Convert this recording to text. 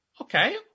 Okay